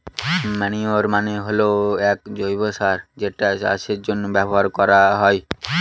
manure মানে হল এক জৈব সার যেটা চাষের জন্য ব্যবহার করা হয়